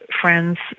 friends